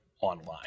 online